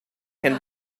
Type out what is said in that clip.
can